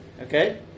Okay